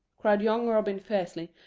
cried young robin fiercely.